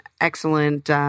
excellent